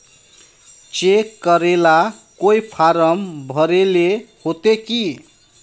Cheque करेला कोई form भरेले होते की?